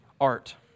art